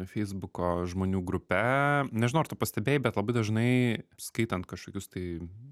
feisbuko žmonių grupe nežinau ar tu pastebėjai bet labai dažnai skaitant kažkokius tai